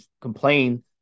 complain